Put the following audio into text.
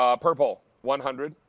ah purple. one hundred.